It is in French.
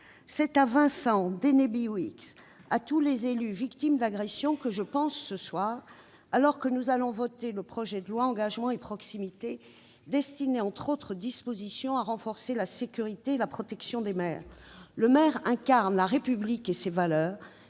C'est à Vincent Denby Wilkes, à tous les élus victimes d'agressions que je pense ce soir, alors que nous allons voter le projet de loi Engagement et proximité destiné, entre autres dispositions, à renforcer la sécurité et la protection des maires. Le maire incarne la République et ses valeurs.